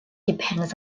depends